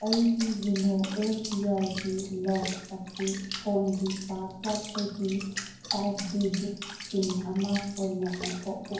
ꯑꯩꯒꯤ YONO S B ꯑꯥꯏꯒꯤ lock ꯑꯁꯤ ꯐꯣꯟꯒꯤ ꯄꯥꯁꯋꯥꯗꯇꯒꯤ ꯐꯥꯏꯞ ꯗꯤꯖꯤꯠ ꯄꯤꯟ ꯑꯃ ꯑꯣꯏꯅ ꯑꯣꯟꯊꯣꯛꯎ